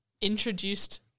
introduced –